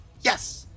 Yes